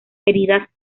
heridas